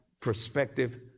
perspective